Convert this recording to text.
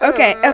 Okay